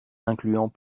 incluant